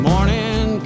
Morning